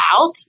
out